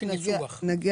התאגיד או נושא